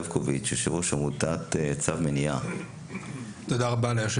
יו"ר עמותת צו מניעה, בקשה.